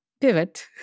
pivot